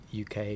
UK